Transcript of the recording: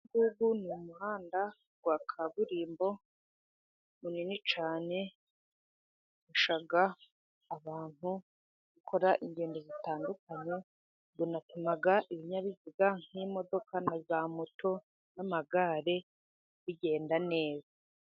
Uyu nguyu ni umuhanda wa kaburimbo munini cyane, ufasha abantu gukora ingendo zitandukanye, binatuma ibinyabiziga nk'imodoka na za moto n'amagare bigenda neza.